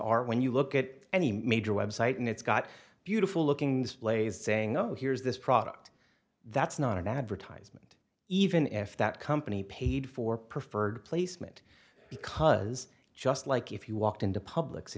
are when you look at any major web site and it's got beautiful looking and plays saying oh here's this product that's not an advertisement even if that company paid for preferred placement because just like if you walked into publi